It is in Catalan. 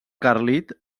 carlit